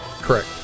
Correct